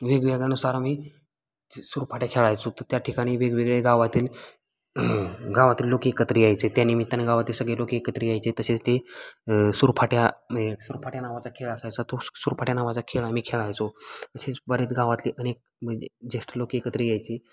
वेगवेगळ्यानुसार आम्ही सुरफाट्या खेळायचो तर त्या ठिकाणी वेगवेगळे गावातील गावातील लोक एकत्र यायचे त्यानिमित्ताने गावातील सगळे लोक एकत्र यायचे तसेच ते सुरफाट्या म्हणजे सुरफाट्या नावाचा खेळ असायचा तो सु सुरफाट्या नावाचा खेळ आम्ही खेळायचो तसेच बरेच गावातले अनेक म्हणजे ज्येष्ठ लोक एकत्र यायचे